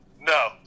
no